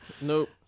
Nope